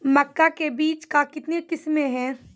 मक्का के बीज का कितने किसमें हैं?